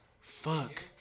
fuck